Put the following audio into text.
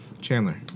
Chandler